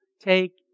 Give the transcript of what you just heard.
take